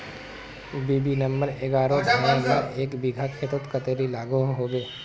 BB number एगारोह धानेर ला एक बिगहा खेतोत कतेरी लागोहो होबे?